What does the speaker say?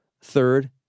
Third